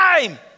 time